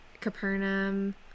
capernaum